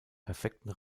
perfekten